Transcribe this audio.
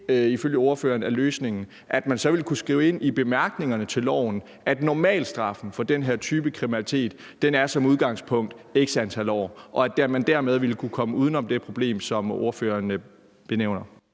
tillæg hertil så bekræfte, at man ville kunne skrive ind i bemærkningerne til loven, at normalstraffen for den her type kriminalitet som udgangspunkt er x antal år, og at man dermed ville kunne komme uden om det problem, som ordføreren benævner?